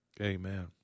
amen